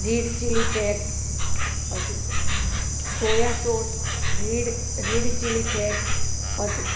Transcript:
read chili flakes પછી soya sauce red red chili flakes પછી